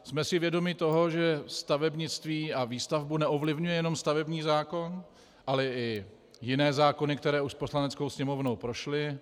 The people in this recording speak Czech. Jsme si vědomi toho, že stavebnictví a výstavbu neovlivňuje jenom stavební zákon, ale i jiné zákony, které už Poslaneckou sněmovnou prošly.